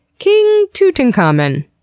king tutankhamun!